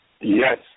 Yes